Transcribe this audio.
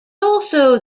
also